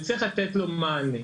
וצריך לתת לו מענה,